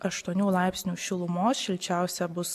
aštuonių laipsnių šilumos šilčiausia bus